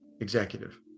executive